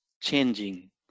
changing